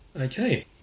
Okay